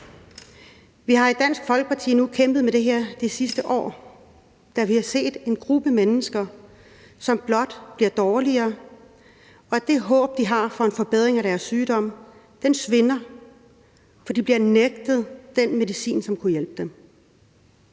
Vi har i Dansk Folkeparti nu kæmpet med det her i det sidste år, da vi har set en gruppe mennesker, som blot bliver dårligere, og set, at det håb, de har for en forbedring af deres sygdom, svinder, for de bliver nægtet den medicin, som kunne hjælpe dem.